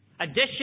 Addition